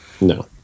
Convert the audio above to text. No